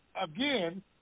again